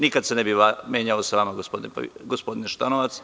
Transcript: Nikad se ne bih menjao sa vama, gospodine Šutanovac.